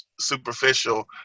superficial